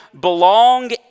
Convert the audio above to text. belong